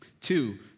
Two